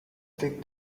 take